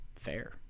fair